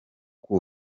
k’u